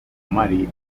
mari